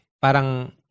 parang